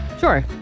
sure